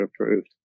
approved